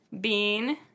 Bean